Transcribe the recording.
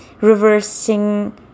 reversing